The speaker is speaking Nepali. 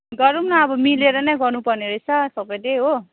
गरौँ न अब मिलेर नै गर्नुपर्ने रहेछ सबैले हो